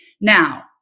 Now